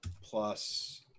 plus